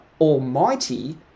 almighty